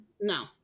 No